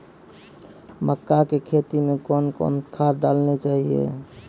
मक्का के खेती मे कौन कौन खाद डालने चाहिए?